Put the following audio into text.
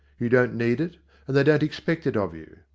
you don't need it, and they don't expect it of you.